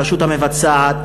הרשות המבצעת,